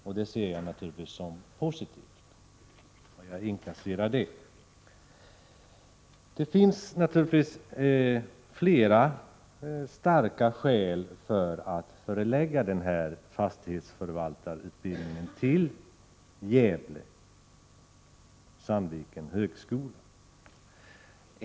Det inkasserar jag som någonting positivt. Det finns naturligtvis flera starka skäl för att förlägga fastighetsförvaltarutbildningen till högskolan i Gävle-Sandviken.